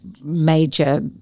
major